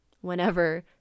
Whenever